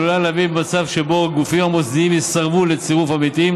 עלולה להביא למצב שבו הגופים המוסדיים יסרבו לצירוף עמיתים